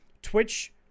twitch